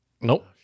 Nope